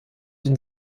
dem